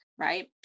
right